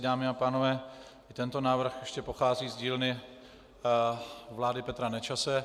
Dámy a pánové, tento návrh ještě pochází z dílny vlády Petra Nečase.